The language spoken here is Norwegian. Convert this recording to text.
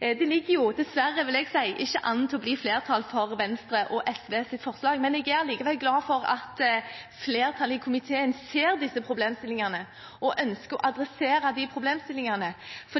Det ligger – dessverre, vil jeg si – ikke an til å bli flertall for Venstre og SVs forslag, men jeg er likevel glad for at flertallet i komiteen ser disse problemstillingene og ønsker å adressere dem, for